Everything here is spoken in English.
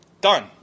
Done